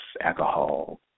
alcohol